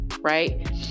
right